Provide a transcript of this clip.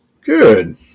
Good